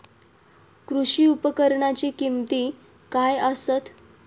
कृषी उपकरणाची किमती काय आसत?